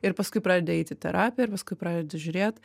ir paskui pradedi eit į terapiją ir paskui pradedi žiūrėt